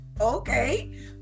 Okay